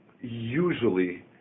usually